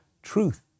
truth